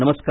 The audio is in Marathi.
नमस्कार